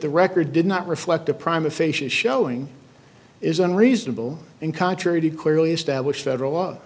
the record did not reflect the prime officials showing is unreasonable and contrary to clearly established federal law